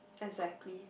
exactly